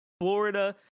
Florida